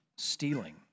Stealing